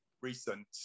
recent